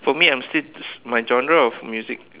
for me I'm still my genre of music